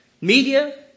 media